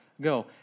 go